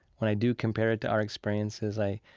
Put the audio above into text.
when i do compare it to our experiences, i,